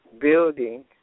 building